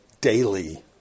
daily